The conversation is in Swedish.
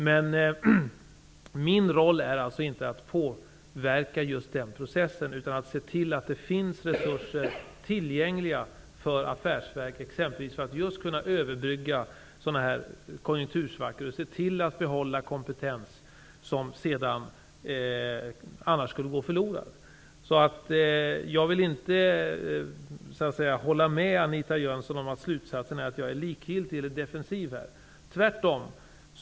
Men min roll är alltså inte att påverka den processen utan att se till att det finns resurser tillgängliga för affärsverken, just för att överbrygga konjunktursvackor och se till att kompetens kan behållas som annars skulle gå förlorad. Jag vill inte hålla med Anita Jönsson om att slutsatsen är att jag är likgiltig eller defensiv. Tvärtom!